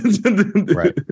right